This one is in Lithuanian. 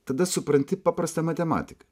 tada supranti paprastą matematiką